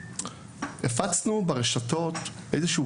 אז הפצנו ברשתות החברתיות איזה שהוא